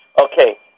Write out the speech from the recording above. Okay